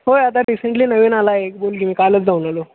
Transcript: होय आता रिसेंटली नवीन आला आहे एक बोल की मी कालच जाऊन आलो